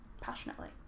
passionately